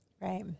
Right